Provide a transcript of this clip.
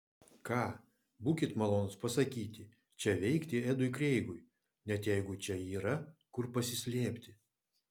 ką būkit malonūs pasakyti čia veikti edui kreigui net jeigu čia yra kur pasislėpti